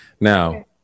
Now